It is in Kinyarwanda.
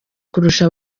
kurusha